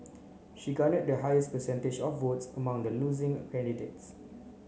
she garnered the highest percentage of votes among the losing candidates